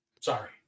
Sorry